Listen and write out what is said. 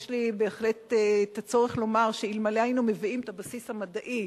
יש לי צורך לומר שאלמלא הבאנו את הבסיס המדעי,